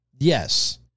Yes